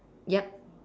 yup